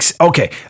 okay